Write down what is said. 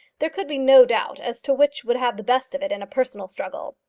there could be no doubt as to which would have the best of it in a personal struggle.